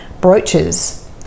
brooches